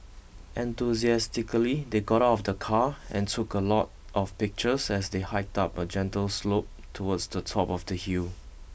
enthusiastically they got out of the car and took a lot of pictures as they hiked up a gentle slope towards the top of the hill